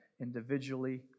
individually